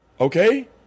Okay